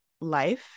life